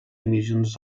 emissions